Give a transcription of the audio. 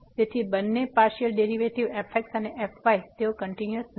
તેથી બંને partial derivative fx અને fy તેઓ કંટીન્યુઅસ નથી